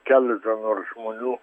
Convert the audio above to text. keletą nors žmonių